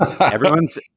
Everyone's